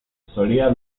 solía